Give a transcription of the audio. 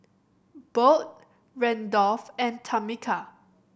Bode Randolf and Tamika